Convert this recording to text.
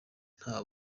nta